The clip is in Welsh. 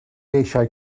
eisiau